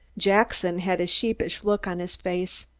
jackson had a sheepish look on his face.